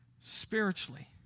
spiritually